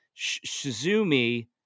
Shizumi